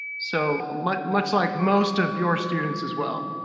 so much much like most of your students as well.